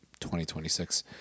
2026